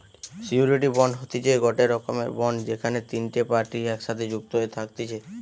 surety bond হতিছে গটে রকমের বন্ড যেখানে তিনটে পার্টি একসাথে যুক্ত হয়ে থাকতিছে